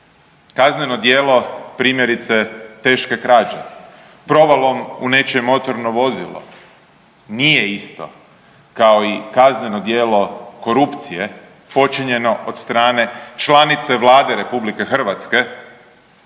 kazneno djelo primjerice teške krađe, provalom u nečije motorno vozilo nije isto kao i kazneno djelo korupcije počinjeno od strane članice Vlade RH koje